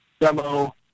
demo